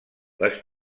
les